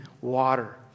water